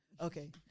Okay